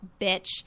bitch